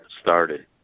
started